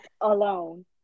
alone